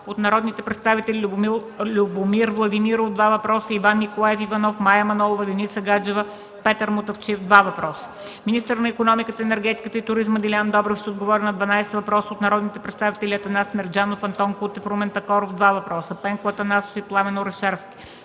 от народните представители Любомир Владимиров (два въпроса), Иван Николаев Иванов, Мая Манолова, Деница Гаджева, и Петър Мутафчиев (два въпроса). 9. Министърът икономиката, енергетиката и туризма Делян Добрев ще отговори на 12 въпроса от народните представители Атанас Мерджанов, Антон Кутев, Румен Такоров (два въпроса), Пенко Атанасов и Пламен Орешарски,